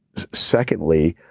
secondly,